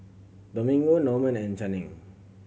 Domingo Norman and Channing